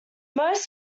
most